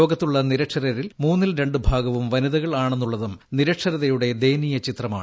ലോകത്തുള്ള നിരക്ഷരരിൽ മൂന്നിൽ രണ്ടുഭാഗവും വനിതകൾ ആണെന്നുള്ളതും നിരക്ഷരതയുടെ ദയനീയ ചിത്രമാണ്